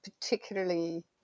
particularly